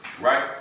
Right